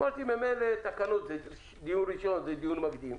אמרתי שממילא דיון ראשון הוא מקדים,